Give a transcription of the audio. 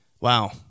wow